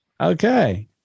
Okay